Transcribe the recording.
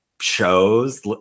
shows